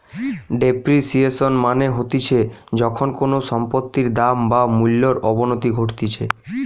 depreciation মানে হতিছে যখন কোনো সম্পত্তির দাম বা মূল্যর অবনতি ঘটতিছে